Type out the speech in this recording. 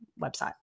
website